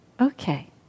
Okay